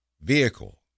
vehicle